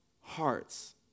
hearts